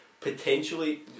potentially